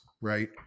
right